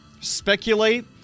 speculate